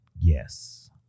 Yes